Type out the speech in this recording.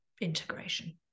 integration